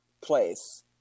place